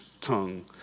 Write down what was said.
tongue